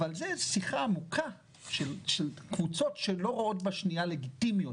שיחה עמוקה של קבוצות שלא רואות אחת בשנייה לגיטימית,